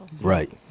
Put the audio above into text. right